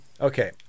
Okay